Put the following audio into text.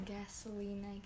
gasoline